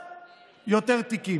עולמית.